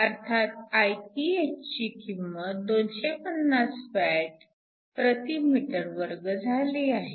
अर्थात Iph ची किंमत 250 wattsm2 इतकी आहे